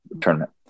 tournament